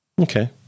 Okay